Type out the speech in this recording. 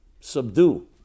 subdue